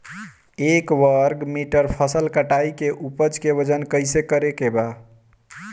एक वर्ग मीटर फसल कटाई के उपज के वजन कैसे करे के बा?